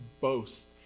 boast